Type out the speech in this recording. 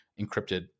encrypted